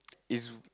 is